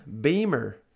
Beamer